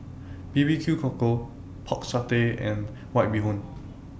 B B Q Cockle Pork Satay and White Bee Hoon